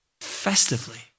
festively